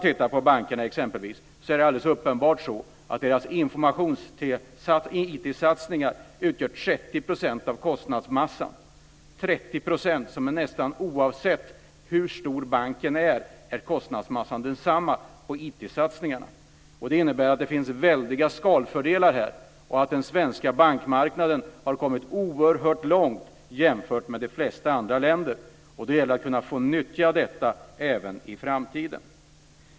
Det är exempelvis vad gäller bankerna uppenbart så att deras IT-satsningar utgör 30 % av kostnadsmassan. Nästan oavsett hur stor banken är blir kostnadsmassan för IT-satsningarna lika stor. Det innebär att det finns väldiga skalfördelar. Man har på den svenska bankmarknaden kommit oerhört långt jämfört med de i flesta andra länder. Det gäller att kunna utnyttja detta även i framtiden.